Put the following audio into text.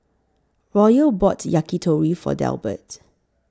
Royal bought Yakitori For Delbert